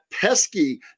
pesky